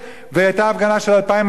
והיתה הפגנה של 2,000 אנשים פה,